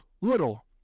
little